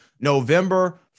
November